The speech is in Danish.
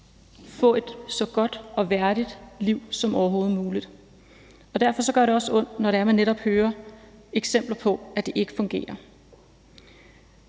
få et så godt og værdigt liv som overhovedet muligt. Derfor gør det også ondt, når man netop hører eksempler på, at det ikke fungerer.